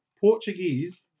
Portuguese